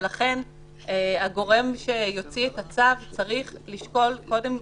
ולכן הגורם שיוציא את הצו צריך לשקול קודם,